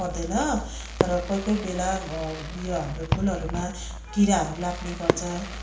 पर्दैन तर कोही कोही बेला घर यो हाम्रो फुलहरूमा किराहरू लाग्ने गर्छ